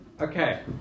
Okay